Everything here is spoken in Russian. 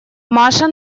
маша